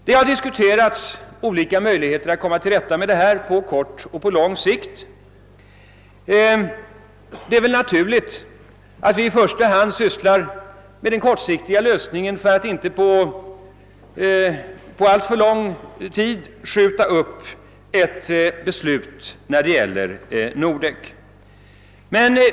Man har diskuterat olika möjligheter att komma till rätta med problemen på kort och på lång sikt. Det är naturligt att vi i första hand sysslar med den kortsiktiga lösningen för att inte behöva skjuta upp ett beslut i fråga om Nordek.